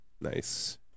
Nice